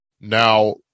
Now